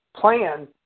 plan